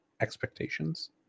expectations